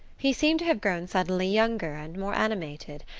he seemed to have grown suddenly younger and more animated,